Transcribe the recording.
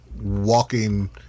walking